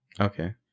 Okay